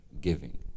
Giving